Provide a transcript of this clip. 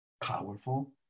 powerful